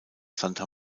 santa